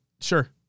sure